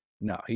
No